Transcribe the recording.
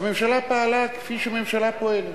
הממשלה פעלה כפי שממשלה פועלת.